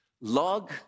Log